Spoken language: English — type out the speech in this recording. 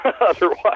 otherwise